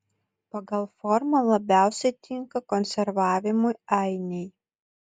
pagal formą labiausiai tinka konservavimui ainiai